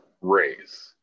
raise